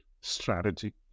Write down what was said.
strategy